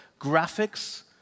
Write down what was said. graphics